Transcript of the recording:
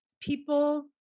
people